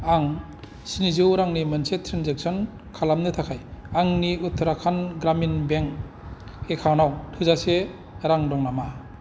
आं स्निजौ रांनि मोनसे ट्रेनजेक्सन खालामनो थाखाय आंनि उत्तराखान्ड ग्रामिन बेंक एकाउन्टाव थोजासे रां दं नामा